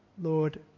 Lord